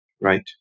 right